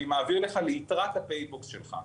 אלא אני מעביר לך ליתרת ה"פייבוקס" שלך.